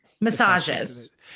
massages